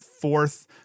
fourth